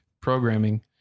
programming